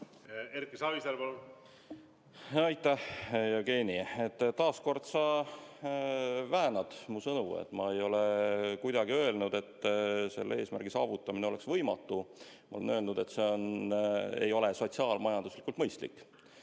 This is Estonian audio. saaks jätkuda. Aitäh, Jevgeni! Taas sa väänad mu sõnu. Ma ei ole kunagi öelnud, et selle eesmärgi saavutamine oleks võimatu. Ma olen öelnud, et see ei ole sotsiaal-majanduslikult mõistlik.